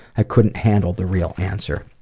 i couldn't handle the real answer.